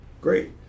Great